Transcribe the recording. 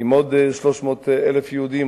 עם עוד 300,000 יהודים,